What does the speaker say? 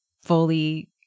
fully